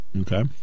Okay